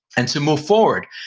and to move forward.